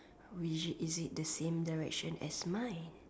which is it the same direction as mine